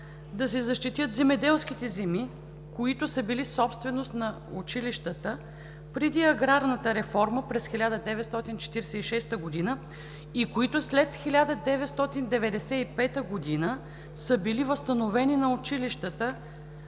да се защитят земеделските земи, които са били собственост на училищата преди аграрната реформа през 1946 г. и които след 1995 г. са били възстановени на училищата,